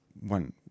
one